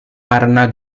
karena